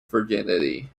virginity